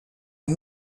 est